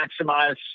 maximize